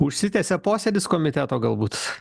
užsitęsė posėdis komiteto galbūt